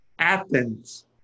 athens